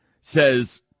says